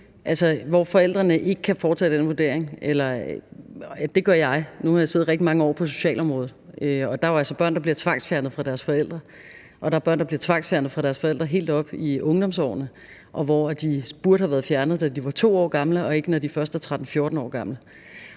at forældrene ikke kan foretage den vurdering. Det gør jeg. Nu har jeg siddet rigtig mange år med socialområdet, og der er jo altså børn, der bliver tvangsfjernet fra deres forældre, og der er børn, der bliver tvangsfjernet fra deres forældre helt op i ungdomsårene, hvor de burde have været fjernet, da de var 2 år gamle, og ikke når de først er 13-14 år gamle,